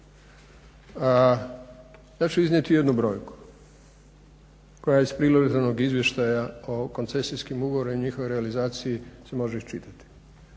Ja ću iznijeti jednu brojku koja iz priloženog izvještaja o koncesijskim ugovorima i njihovoj realizaciji se može iščitati.